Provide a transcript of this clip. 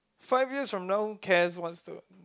five years from now who cares what's the